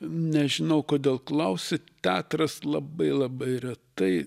nežinau kodėl klausi teatras labai labai retai